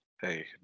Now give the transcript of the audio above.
hey